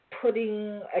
putting